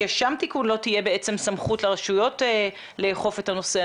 יהיה שם תיקון לא תהיה סמכות לרשויות לאכוף את הנושא.